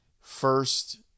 first